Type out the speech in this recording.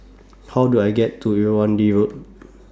How Do I get to Irrawaddy Road